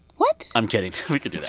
what? i'm kidding. we could